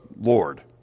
Lord